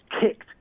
kicked